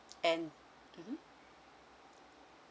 and mmhmm